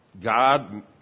God